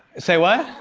say what?